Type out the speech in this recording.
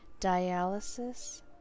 dialysis